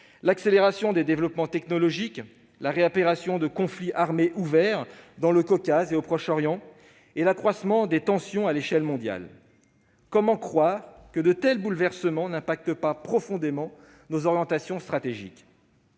l'accélération des développements technologiques, la réapparition de conflits armés ouverts dans le Caucase et au Proche-Orient et l'accroissement des tensions à l'échelle mondiale. Comment croire que de tels bouleversements n'affectent pas profondément nos orientations stratégiques ?